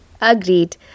Agreed